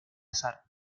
azar